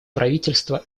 правительства